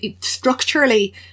structurally